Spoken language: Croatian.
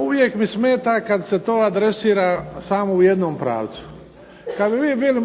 uvijek mi smeta kada se to adresira samo u jednom pravcu, kada bi vi bili